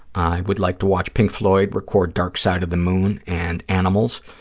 i would like to watch pink floyd record dark side of the moon and animals.